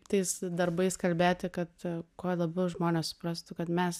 tais darbais kalbėti kad kuo labiau žmonės suprastų kad mes